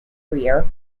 career